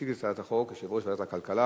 יציג את הצעת החוק יושב-ראש ועדת הכלכלה,